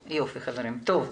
לשלול.